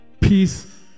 peace